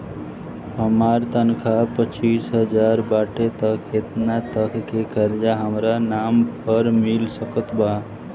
हमार तनख़ाह पच्चिस हज़ार बाटे त केतना तक के कर्जा हमरा नाम पर मिल सकत बा?